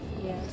Yes